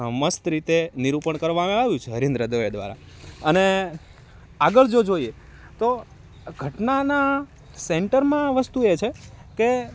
મસ્ત રીતે નિરૂપણ કરવામાં આવ્યું છે હરીન્દ્ર દવે દ્વારા અને આગળ જો જોઈએ તો ઘટનાના સેન્ટરમાં વસ્તુ એ છે કે